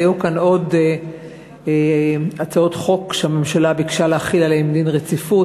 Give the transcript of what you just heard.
היו כאן עוד הצעות חוק שהממשלה ביקשה להחיל עליהן דין רציפות.